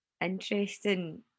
Interesting